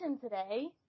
today